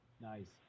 Nice